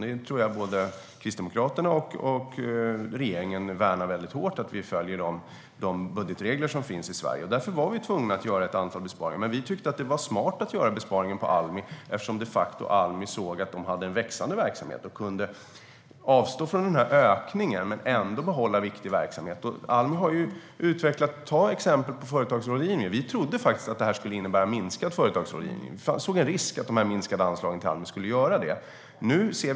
Jag tror att både Kristdemokraterna och regeringen värnar hårt att vi följer de budgetregler som finns i Sverige. Därför var vi tvungna att göra ett antal besparingar. Men vi tyckte att det var smart att göra besparingen på Almi eftersom Almi de facto såg att de hade en växande verksamhet och kunde avstå från denna ökning men ändå behålla viktig verksamhet. Vi trodde faktiskt att detta skulle innebära minskad företagsrådgivning. Vi såg en risk för att dessa minskade anslag till Almi skulle leda till det.